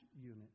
unit